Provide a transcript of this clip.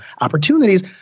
opportunities